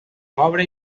pobre